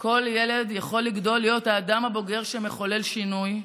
כל ילד יכול לגדול להיות האדם הבוגר שמחולל שינוי,